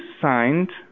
signed